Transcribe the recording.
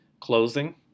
closing